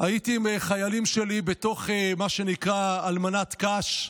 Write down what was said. הייתי עם חיילים שלי בתוך מה שנקרא אלמנת קש,